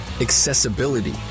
Accessibility